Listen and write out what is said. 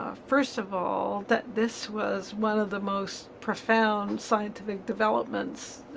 ah first of all, that this was one of the most profound scientific developments